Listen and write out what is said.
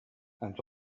and